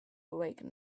awaken